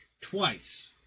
Twice